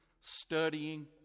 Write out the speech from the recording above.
studying